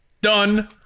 done